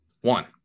one